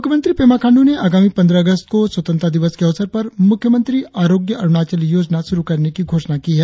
मुख्यमंत्री पेमा खाण्डू ने आगामी पंद्रह अगस्त को स्वतंत्रता दिवस के अवसर पर मुख्यमंत्री आरोग्य अरुणाचल योजना शुरु करने की घोषणा की है